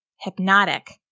hypnotic